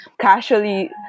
casually